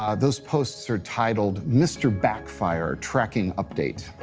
um those posts are titled mr. backfire tracking update.